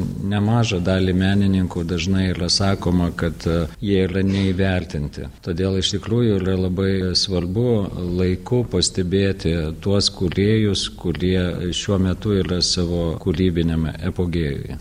nemažą dalį menininko dažnai sakoma kad jie yra neįvertinti todėl iš tikrųjų labai svarbu laiku pastebėti tuos kūrėjus kurie šiuo metu yra savo kūrybiniame epogėjuje